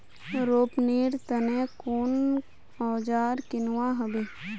रोपनीर तने कुन औजार किनवा हबे